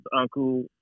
Uncle